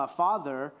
father